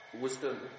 wisdom